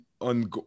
on